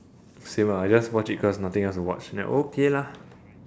same I just watched it cause nothing else to watch then okay lah